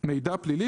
"מידע פלילי,